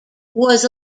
was